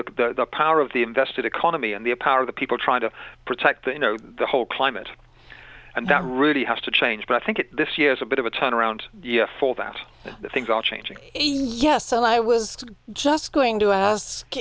the power of the invested economy and their power the people trying to protect the you know the whole climate and that really has to change but i think it this year is a bit of a turnaround for that things are changing yes so i was just going to ask